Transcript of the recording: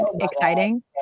exciting